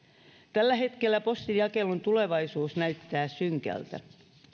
tällä hetkellä postinjakelun tulevaisuus näyttää synkältä